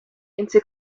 into